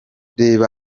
reba